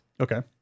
okay